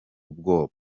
ubwoba